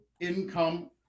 income